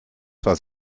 zwar